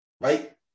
right